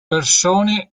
persone